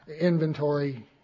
inventory